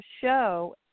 show